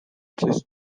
this